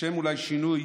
לשם שינוי